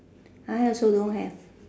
I also don't have